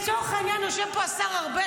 לצורך העניין יושב פה השר ארבל,